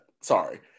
sorry